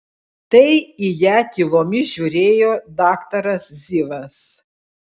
tai į ją tylomis žiūrėjo daktaras zivas